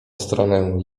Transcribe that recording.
stronę